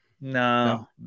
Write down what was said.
no